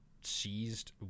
seized